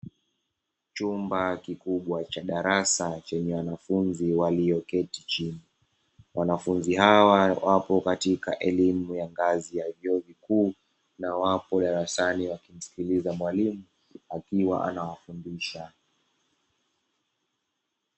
Chumba kikubwa cha darasa chenye wanafunzi walioketi chini, wanafunzi hawa wapo katika elimu ya ngazi ya vyuo vikuu na wapo darasani wakimsikiliza mwalimu akiwa anawafundisha.